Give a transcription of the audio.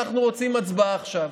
אנחנו רוצים הצבעה עכשיו.